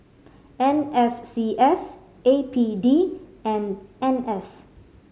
N S C S A P D and N S